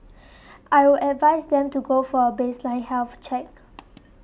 I would advise them to go for baseline health check